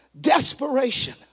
desperation